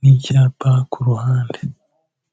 n'icyapa ku ruhande.